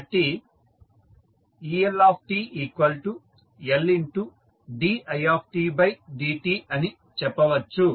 కాబట్టిeLtLdidt అని చెప్పవచ్చు